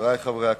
חברי חברי הכנסת,